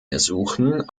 ersuchen